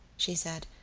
she said,